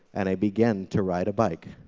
and i began to ride a bike.